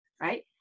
right